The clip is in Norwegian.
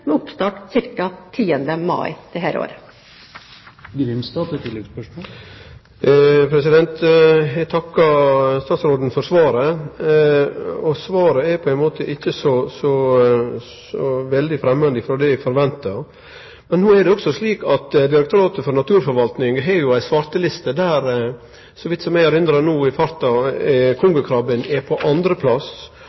med oppstart ca. 10. mai i år. Eg takkar statsråden for svaret – det er ikkje så langt frå det eg forventa. Men no er det slik at Direktoratet for naturforvalting har ei svarteliste, der – så vidt eg hugsar – kongekrabben er